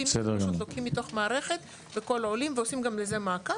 לוקחים מתוך המערכת את כל העולים ועושים לזה מעקב.